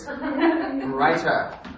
Writer